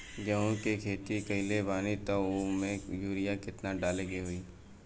गेहूं के खेती कइले बानी त वो में युरिया केतना डाले के होई?